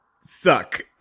suck